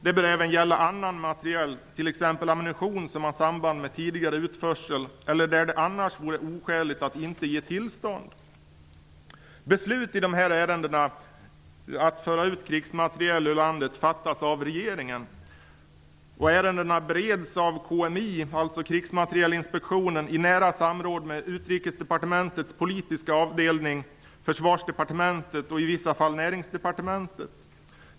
Det bör även gälla annan materiel, t.ex. ammunition som har samband med tidigare utförsel eller där det annars vore oskäligt att inte ge tillstånd. Beslut i ärenden om att föra ut krigsmateriel ur landet fattas av regeringen, och ärendena bereds av Försvarsdepartementet och i vissa fall Näringsdepartementet.